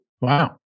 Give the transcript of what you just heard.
Wow